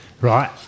right